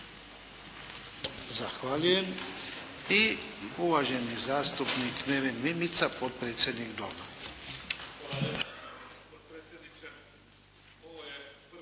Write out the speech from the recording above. Zahvaljujem. I uvaženi zastupnik Neven Mimica, potpredsjednik Doma.